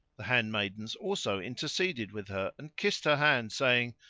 the handmaidens also interceded with her and kissed her hand saying,